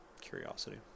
curiosity